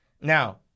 Now